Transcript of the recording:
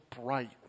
bright